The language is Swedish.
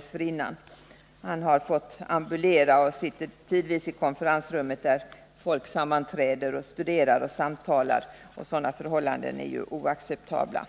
Han har därefter fått ambulera och sitter tidvis i det konferensrum där folk sammanträder, studerar eller samtalar. Sådana förhållanden är naturligtvis oacceptabla.